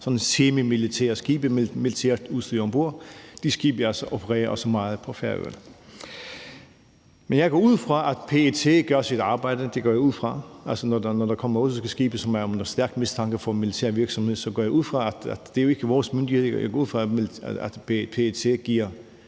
semimilitære skibe med militært udstyr om bord. De skibe opererer også meget på Færøerne. Men jeg går ud fra, at PET gør sit arbejde. Det går jeg ud fra. Altså, når der kommer russiske skibe, som er under stærk mistanke for militær virksomhed, går jeg ud fra at PET giver